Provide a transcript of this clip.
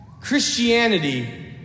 Christianity